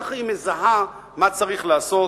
כך היא מזהה מה צריך לעשות